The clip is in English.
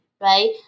right